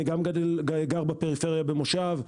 אני גם גר במושב בפריפריה,